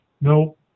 No